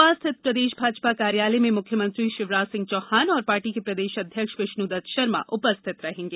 भोपाल स्थित प्रदेश भाजपा कार्यालय में मुख्यमंत्री शिवराज सिंह चौहान और पार्टी के प्रदेश अध्यक्ष विष्णुदत्त शर्मा उपस्थित रहेंगे